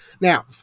Now